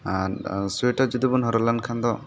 ᱟᱨ ᱥᱩᱭᱮᱴᱟᱨ ᱡᱩᱫᱤᱵᱚᱱ ᱦᱚᱨᱚᱜ ᱞᱮᱱᱠᱷᱟᱱ ᱫᱚ